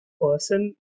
person